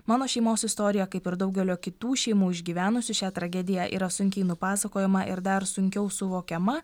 mano šeimos istoriją kaip ir daugelio kitų šeimų išgyvenusių šią tragediją yra sunkiai nupasakojama ir dar sunkiau suvokiama